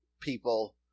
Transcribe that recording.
people